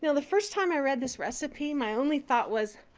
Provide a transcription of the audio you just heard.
the first time i read this recipe my only thought was,